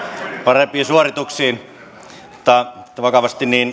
parempiin suorituksiin mutta vakavasti